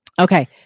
Okay